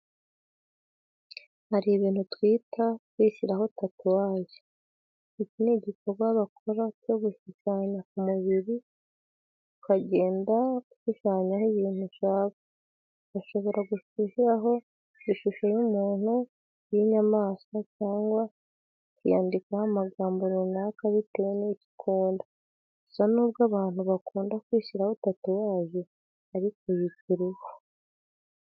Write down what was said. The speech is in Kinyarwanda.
Hari ibintu twita kwishyiraho tatuwaje. Iki ni igikorwa bakora cyo gushushanya ku mubiri, ukagenda ushushanyaho ibintu ushaka. Bashobora kugushyiraho ishusho y'umuntu, iy'inyamaswa cyangwa ukiyandikaho amagambo runaka bitewe n'icyo ukunda. Gusa nubwo abantu bakunda kwishyiraho tatuwaje ariko yica uruhu.